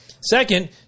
Second